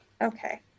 okay